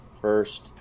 first